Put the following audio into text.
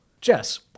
Jess